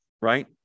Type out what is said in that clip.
right